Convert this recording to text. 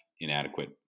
inadequate